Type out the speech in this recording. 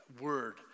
word